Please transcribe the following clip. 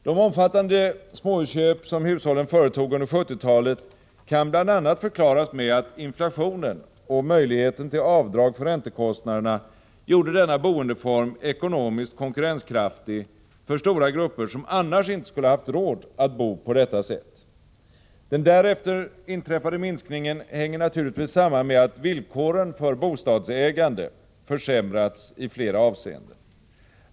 De omfattande småhusköp som hushållen företog under 1970-talet kan bl.a. förklaras med att inflationen och möjligheten till avdrag för räntekostnaderna gjorde denna boendeform ekonomiskt konkurrenskraftig för stora grupper som annars inte skulle haft råd att bo på detta sätt. Den därefter inträffade minskningen hänger naturligtvis samman med att villkoren för bostadsägande försämrats i flera avseenden.